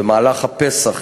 במהלך הפסח,